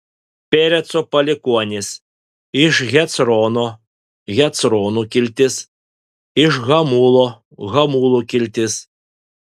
pereco palikuonys iš hecrono hecronų kiltis iš hamulo hamulų kiltis